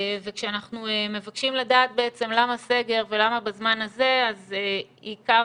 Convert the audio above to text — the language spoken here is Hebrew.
וכשאנחנו מבקשים לדעת למה סגר ולמה בזמן הזה אז עיקר